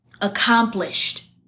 accomplished